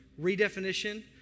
redefinition